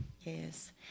Yes